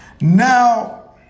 Now